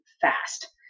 fast